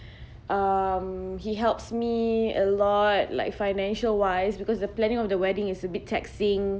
um he helps me a lot like financial wise because the planning of the wedding is a bit taxing